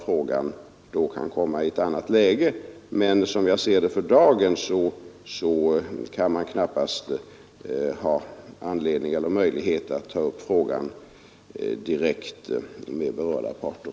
Frågan kan då komma i ett annat läge. För dagen har man knappast möjlighet att ta upp frågan till behandling med berörda parter.